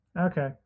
Okay